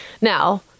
now